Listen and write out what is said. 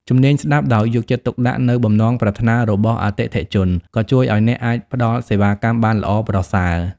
ជំនាញស្តាប់ ដោយយកចិត្តទុកដាក់នូវបំណងប្រាថ្នារបស់អតិថិជនក៏ជួយឱ្យអ្នកអាចផ្តល់សេវាកម្មបានល្អប្រសើរ។